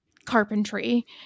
carpentry